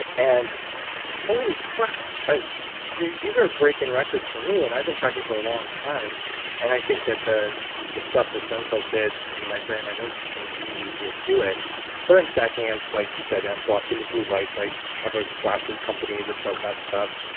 and holy crap ah these are breaking records for me and i've been tracking for a long time and i think that the the stuff the stem cells did in my brain, my nervous system really did do it but i'm stacking it, like you said, yeah i'm blocking the blue lights, i have a glasses company that does that stuff.